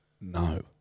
No